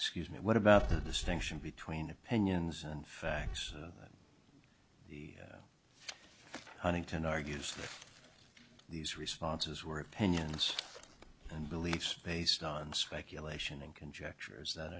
excuse me what about the distinction between opinions and facts that the huntington argues these responses were opinions and beliefs based on speculation and conjecture is that